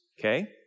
Okay